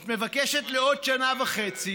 את מבקשת לעוד שנה וחצי,